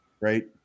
right